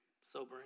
sobering